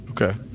Okay